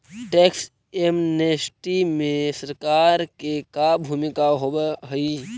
tax amnesty में सरकार के का भूमिका होव हई